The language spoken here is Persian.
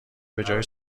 بجای